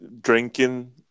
drinking